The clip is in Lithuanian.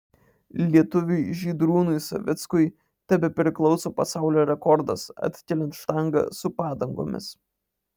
lietuviui žydrūnui savickui tebepriklauso pasaulio rekordas atkeliant štangą su padangomis